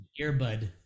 earbud